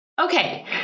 Okay